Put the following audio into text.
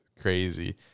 Crazy